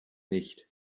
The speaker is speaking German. nicht